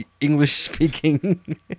English-speaking